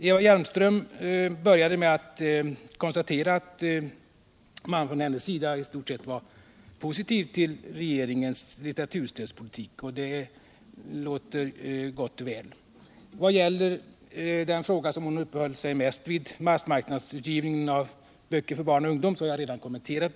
Eva Hjelmström började sitt anförande med att säga att hon i stort sett var nöjd med regeringens litteraturstödspolitik, och det låter ju gott och väl. Den fråga som hon uppehöll sig mest vid, massmarknadsutgivning av barn och ungdomsböcker, har jag redan kommenterat.